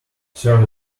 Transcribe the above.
third